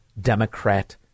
Democrat